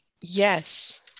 yes